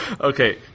Okay